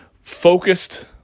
focused